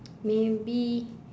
maybe